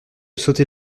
sauter